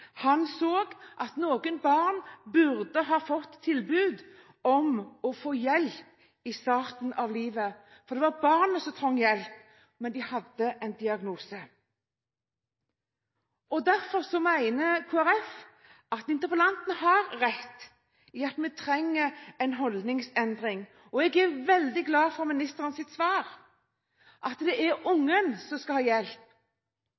han så at noen barn burde ha fått tilbud om å få hjelp i starten av livet, for det var barnet som trengte hjelp, men de hadde en diagnose. Derfor mener Kristelig Folkeparti at interpellanten har rett i at vi trenger en holdningsendring, og jeg er veldig glad for ministerens svar, at det er ungen som skal ha hjelp,